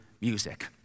music